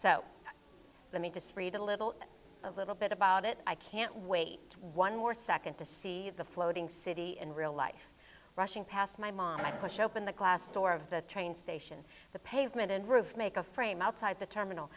so let me just read a little a little bit about it i can't wait one more second to see the floating city in real life rushing past my mom and i push open the glass door of the train station the pavement and roof make a frame outside the terminal